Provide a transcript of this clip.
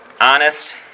honest